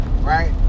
right